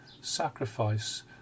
sacrifice